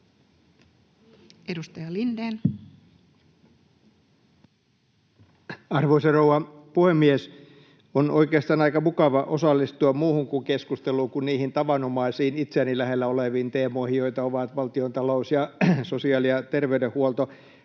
19:10 Content: Arvoisa rouva puhemies! On oikeastaan aika mukava osallistua muuhunkin keskusteluun kuin niihin tavanomaisiin, itseäni lähellä oleviin teemoihin, joita ovat valtiontalous ja sosiaali‑ ja terveydenhuolto.